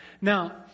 Now